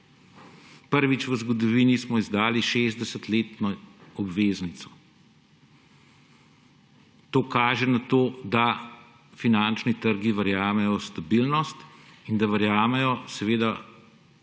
Prvič v zgodovini smo izdali 60-letno obveznico. To kaže na to, da finančni trgi verjamejo v stabilnost države